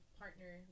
partner